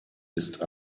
ist